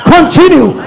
Continue